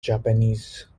japanese